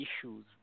issues